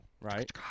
Right